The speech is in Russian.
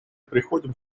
приходим